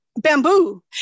Bamboo